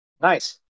Nice